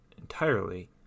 entirely